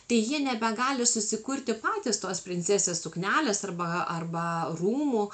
tai jie nebegali susikurti patys tos princesės suknelės arba arba rūmų